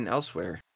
Elsewhere